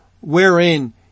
wherein